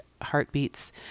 heartbeats